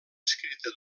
escrita